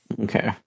Okay